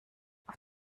auf